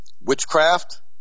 Witchcraft